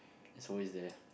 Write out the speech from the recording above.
it's always there